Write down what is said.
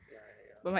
ya ya ya